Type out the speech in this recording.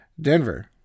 Denver